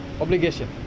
obligation